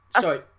Sorry